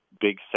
big